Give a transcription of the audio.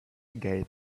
gate